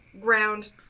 ground